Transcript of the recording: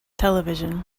television